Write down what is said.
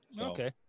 Okay